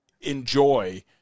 enjoy